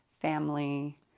family